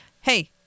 Hey